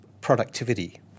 productivity